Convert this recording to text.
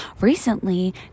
recently